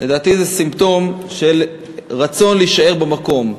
לדעתי זה סימפטום לרצון להישאר במקום.